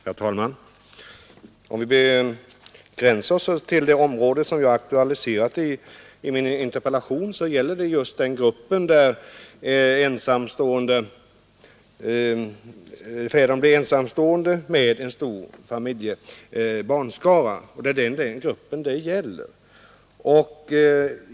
Herr talman! Om vi begränsar debatten till det område som jag aktualiserar i min interpellation, är det gruppen ensamstående med en stor barnskara som det nu gäller.